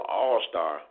all-star